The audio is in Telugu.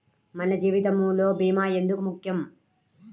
మన జీవితములో భీమా ఎందుకు ముఖ్యం?